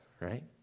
right